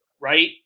right